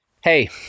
hey